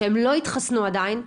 שהם לא התחסנו עדיין,